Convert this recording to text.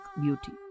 beauty